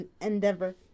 endeavor